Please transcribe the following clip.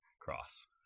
cross